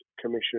Commission